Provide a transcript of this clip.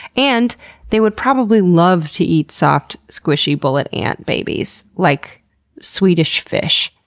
and they would probably love to eat soft squishy bullet ant babies like swedish fish.